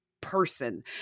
person